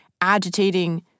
agitating